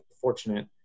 fortunate